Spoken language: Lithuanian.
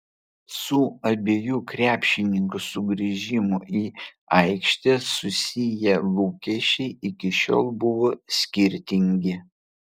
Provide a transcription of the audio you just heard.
su abiejų krepšininkų sugrįžimu į aikštę susiję lūkesčiai iki šiol buvo skirtingi